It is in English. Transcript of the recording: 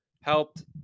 helped